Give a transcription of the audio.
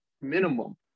minimum